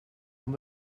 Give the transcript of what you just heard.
van